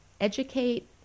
educate